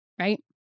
right